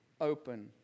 open